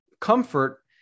comfort